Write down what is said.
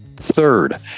Third